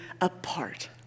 apart